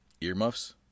Earmuffs